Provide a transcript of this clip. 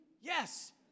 Yes